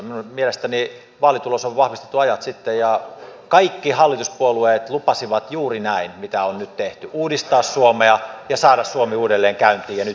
minun mielestäni vaalitulos on vahvistettu ajat sitten ja kaikki hallituspuolueet lupasivat juuri näin mitä on nyt tehty uudistaa suomea ja saada suomi uudelleen käyntiin ja nyt sitä tehdään